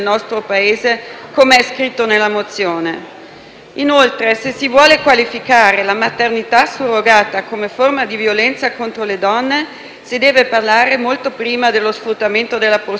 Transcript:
Inoltre, se si vuole qualificare la maternità surrogata come forma di violenza contro le donne, si deve parlare molto prima dello sfruttamento della prostituzione, che invece non viene menzionato;